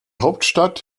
hauptstadt